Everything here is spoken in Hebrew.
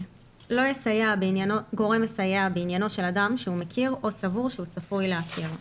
לא יסייע גורם מסייע בעניינו של אדם שהוא מכיר או סבור שהוא צפוי להכיר.